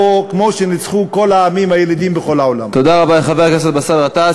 חבר הכנסת לוין, תן לו בבקשה לסיים את המשפט.